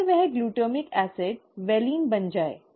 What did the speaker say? अगर वह glutamic acid valine बन जाए सही